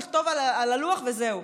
נכתוב על הלוח וזהו.